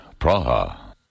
Praha